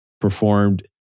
performed